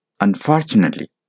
Unfortunately